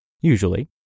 usually